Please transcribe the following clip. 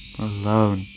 Alone